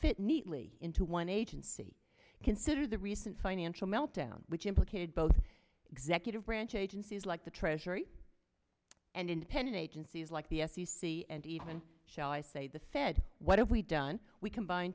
fit neatly into one agency consider the recent financial meltdown which implicated both executive branch agencies like the treasury and independent agencies like the f t c and even shall i say the said what have we done we combine